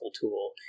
tool